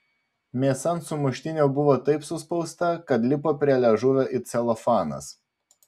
mėsa ant sumuštinio buvo taip suspausta kad lipo prie liežuvio it celofanas